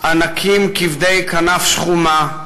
/ ענקים כבדי כנף שחומה,